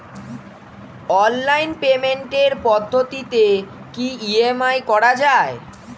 Online পেমেন্টের পদ্ধতিতে কি ই.এম.আই করা যায়?